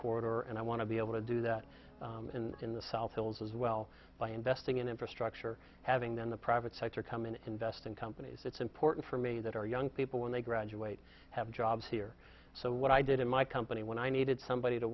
corridor and i want to be able to do that in the south hills as well by investing in infrastructure having then the private sector come in and invest in companies it's important for me that our young people when they graduate have jobs here so what i did in my company when i needed somebody to